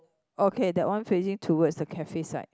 okay that one facing towards the cafe side